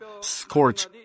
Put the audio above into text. scorch